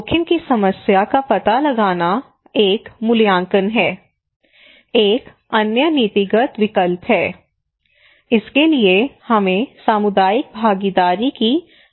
जोखिम की समस्या का पता लगाना एक मूल्यांकन है एक अन्य नीतिगत विकल्प है इसके लिए हमें सामुदायिक भागीदारी की आवश्यकता है